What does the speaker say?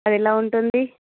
అది ఎలా ఉంటుంది